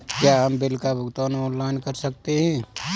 क्या हम बिल का भुगतान ऑनलाइन कर सकते हैं?